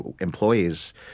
employees